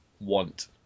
want